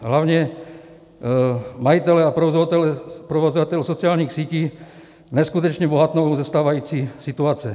Hlavně majitelé a provozovatelé sociálních sítí neskutečně bohatnou ze stávající situace.